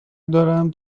دارم